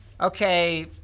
Okay